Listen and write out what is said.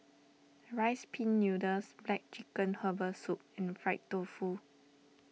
Rice Pin Noodles Black Chicken Herbal Soup and Fried Tofu